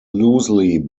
loosely